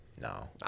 No